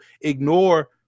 ignore